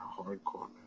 hardcore